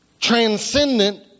transcendent